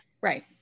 right